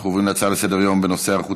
אנחנו עוברים להצעה לסדר-היום בנושא: היערכות